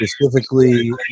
specifically